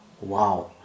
Wow